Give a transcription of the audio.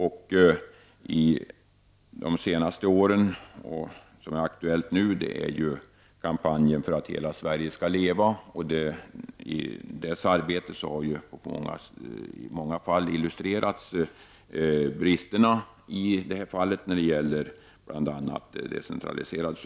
Kampanjen Hela Sverige ska leva har under de senaste åren varit aktuell, och är det fortfarande. Under kampanjens arbete har bristerna bl.a. . när det gäller decentraliserad service illustrerats.